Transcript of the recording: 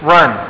Run